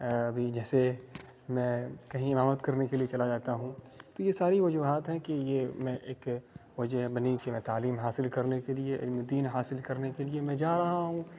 ابھی جیسے میں کہیں امامت کرنے کے لیے چلا جاتا ہوں تو یہ ساری وجوہات ہیں کہ یہ میں ایک وجہ بنی کہ میں تعلیم حاصل کرنے کے لیے علم دین حاصل کرنے کے لیے میں جا رہا ہوں